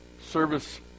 Service